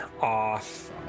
off